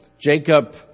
Jacob